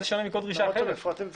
אני